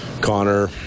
Connor